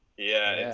yeah.